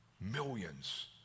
millions